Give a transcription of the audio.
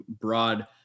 broad